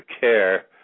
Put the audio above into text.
care